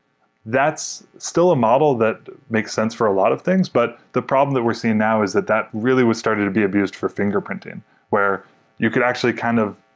that's still a model that makes sense for a lot of things, but the problem that we're seeing now is that that really was started to be abused for fingerprinting where you could actually kind of,